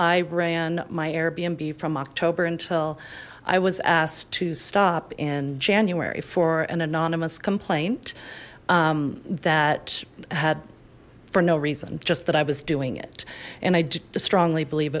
airbnb from october until i was asked to stop in january for an anonymous complaint that had for no reason just that i was doing it and i'd strongly believe